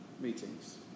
meetings